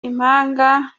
impanga